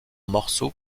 morceaux